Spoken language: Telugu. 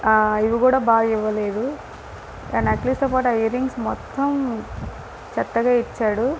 ఇవి కూడా బాగా ఇవ్వలేదు ఆ నక్లిస్తో పాటు ఆ ఇయర్ రింగ్స్ మొత్తం చెత్తగా ఇచ్చాడు